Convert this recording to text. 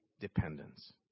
dependence